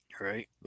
right